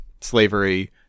slavery